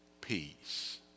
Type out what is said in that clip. peace